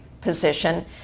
position